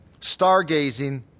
stargazing